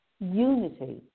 unity